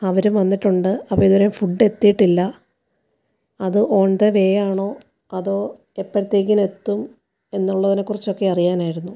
അവരും വന്നിട്ടുണ്ട് അപ്പം ഇത് വരെ ഫുഡ് എത്തിയിട്ടില്ല അത് ഓൺ ദ വേയാണോ അതോ എപ്പോഴത്തേക്കിനി എത്തും എന്നുള്ളതിനെ കുറിച്ചൊക്കെ അറിയാനായിരുന്നു